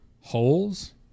holes